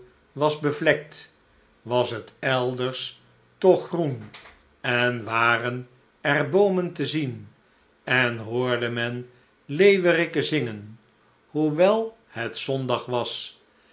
was bevlekt was het elders toch groen en waren er boomen te zien en hoorde men leeuweriken zingen hoewel het zondag was